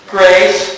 Grace